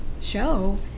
show